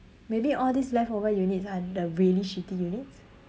maybe all these leftover units are the really shitty units